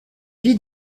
vit